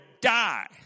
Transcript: die